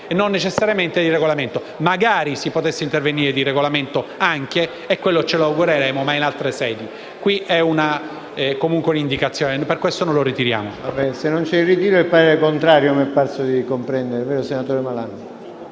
e non necessariamente per via regolamentare. Magari si potesse intervenire anche per Regolamento! Quello ce lo augureremmo, ma in altre sedi. Qui è comunque un'indicazione, e per questo non lo ritiriamo.